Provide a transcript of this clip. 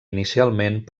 inicialment